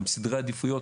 בסדרי העדיפויות,